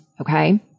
okay